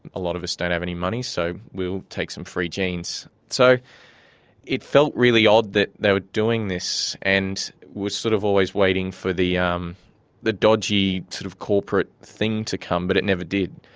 a lot of us don't have any money so we'll take some free jeans. so it felt really odd that they were doing this, and we were sort of always waiting for the um the dodgy sort of corporate thing to come, but it never did.